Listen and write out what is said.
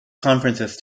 conferences